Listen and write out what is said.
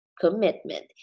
commitment